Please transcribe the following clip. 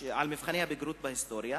על מבחני הבגרות בהיסטוריה,